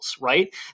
right